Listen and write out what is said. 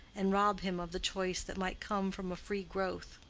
and rob him of the choice that might come from a free growth.